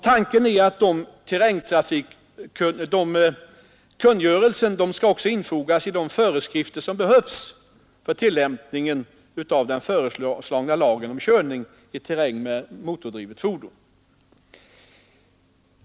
Tanken är att kungörelsen också skall infogas i de föreskrifter som behövs för tillämpningen av den föreslagna lagen om körning i terräng med motordrivet fordon.